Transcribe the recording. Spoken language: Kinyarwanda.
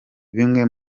bimwe